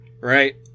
Right